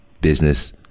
business